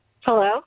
Hello